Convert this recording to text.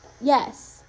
Yes